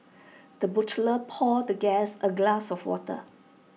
the butler poured the guest A glass of water